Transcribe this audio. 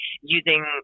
using